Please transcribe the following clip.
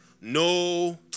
no